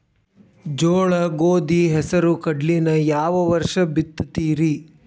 ಜೋಳ, ಗೋಧಿ, ಹೆಸರು, ಕಡ್ಲಿನ ಯಾವ ವರ್ಷ ಬಿತ್ತತಿರಿ?